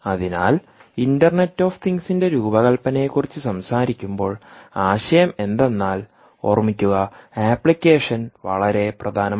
അതിനാൽ internet of തിങ്ങ്സിന്റെ രൂപകൽപ്പനയെക്കുറിച്ച് സംസാരിക്കുമ്പോൾ ആശയം എന്തെന്നാൽ ഓർമ്മിക്കുക ആപ്ലിക്കേഷൻ വളരെ പ്രധാനമാണ്